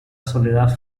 soledad